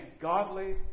godly